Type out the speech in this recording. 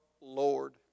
Lord